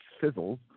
fizzles